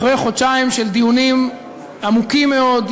אחרי חודשיים של דיונים עמוקים מאוד,